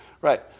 Right